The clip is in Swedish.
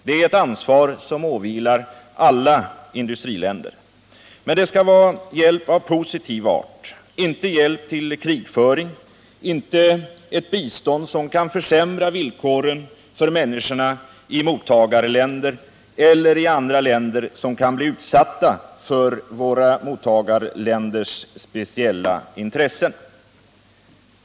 Det är ett ansvar som åvilar alla industriländer. Men det skall vara en hjälp av positiv art, inte hjälp till krigföring, inte ett bistånd som kan försämra villkoren för människorna i mottagarländerna eller i andra länder som kan bli utsatta för våra mottagarländers speciella intressen.